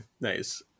Nice